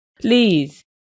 please